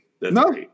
No